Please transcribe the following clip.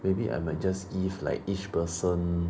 maybe I might just give like each person